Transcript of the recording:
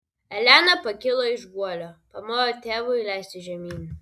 elena pakilo iš guolio pamojo tėvui leistis žemyn